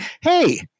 Hey